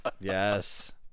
Yes